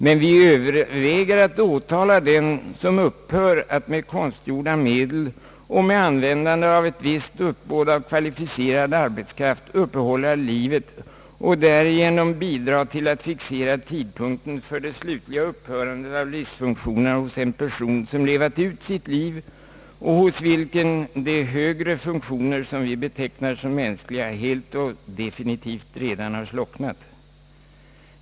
Men vi överväger att åtala den läkare som upphör att med konstgjorda medel och med användande av ett visst uppbåd av kvalificerad arbetskraft uppehålla livet och därigenom bidrar till att fixera tidpunkten för det slutliga upphörandet av livsfunktionerna hos en person som levat ut sitt liv och hos vilken de högre funktioner, som vi betecknar som mänskliga, helt och definitivt redan slocknat.